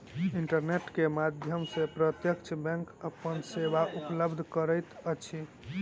internet के माध्यम सॅ प्रत्यक्ष बैंक अपन सेवा उपलब्ध करैत अछि